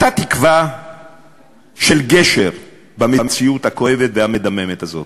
אתה תקווה לגשר במציאות הכואבת והמדממת הזאת.